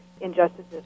injustices